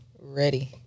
Ready